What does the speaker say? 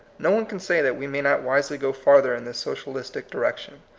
no one can say that we may not wisely go farther in this socialistic direc tion.